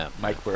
Mike